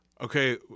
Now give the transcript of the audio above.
Okay